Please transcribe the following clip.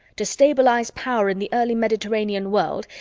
to stabilize power in the early mediterranean world,